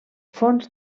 fons